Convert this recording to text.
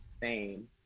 fame